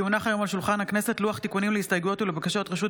כי הונח היום על שולחן הכנסת לוח תיקונים להסתייגויות ולבקשות רשות